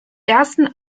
ersten